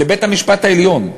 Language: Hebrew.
לבית-המשפט העליון,